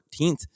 14th